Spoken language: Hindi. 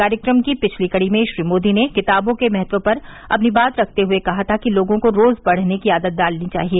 कार्यक्रम की पिछली कड़ी में श्री मोदी ने किताबों के महत्व पर अपनी बात रखते हुए कहा था कि लोगों को रोज पढ़ने की आदत डालनी चाहिए